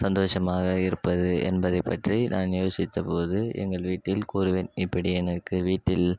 சந்தோஷமாக இருப்பது என்பதைப் பற்றி நான் யோசித்தபோது எங்கள் வீட்டில் கூறுவேன் இப்படி எனக்கு வீட்டில்